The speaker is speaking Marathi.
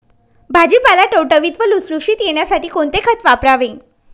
भाजीपाला टवटवीत व लुसलुशीत येण्यासाठी कोणते खत वापरावे?